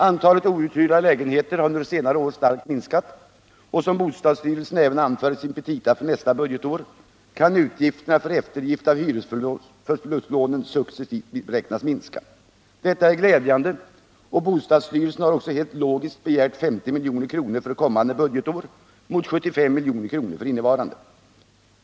Antalet outhyrda lägenheter har under senare år starkt minskat, och utgifterna kan, som bostadsstyrelsen även anför i sina petita för nästa budgetår, för eftergift av hyresförlustlånen successivt beräknas minska. Detta är glädjande, och bostadsstyrelsen har också helt logiskt begärt 50 milj.kr. för kommande budgetår mot 75 milj.kr. under innevarande.